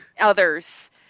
others